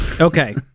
Okay